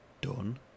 done